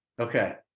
Okay